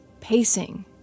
pacing